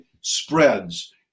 spreads